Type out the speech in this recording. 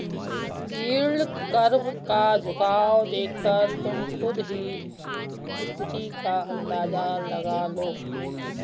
yield curve का झुकाव देखकर तुम खुद ही स्थिति का अंदाजा लगा लो